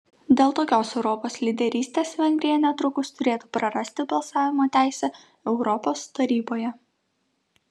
dėl tokios europos lyderystės vengrija netrukus turėtų prarasti balsavimo teisę europos taryboje